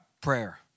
prayer